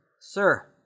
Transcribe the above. sir